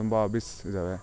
ತುಂಬ ಹಾಬೀಸ್ ಇದಾವೆ